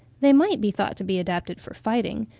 they might be thought to be adapted for fighting,